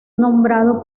nombrado